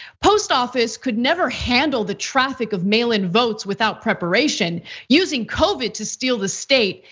post office could never handle the traffic of mail-in-votes without preparation using covid to steal the state.